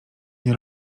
nie